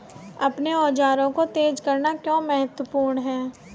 अपने औजारों को तेज करना क्यों महत्वपूर्ण है?